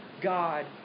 God